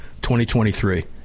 2023